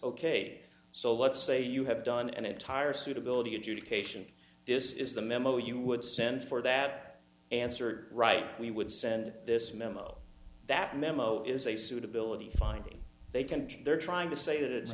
ok so let's say you have done and entire suitability adjudication this is the memo you would send for that answer right we would send this memo that memo is a suitability finding they can't they're trying to say that it's